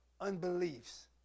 Unbeliefs